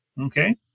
Okay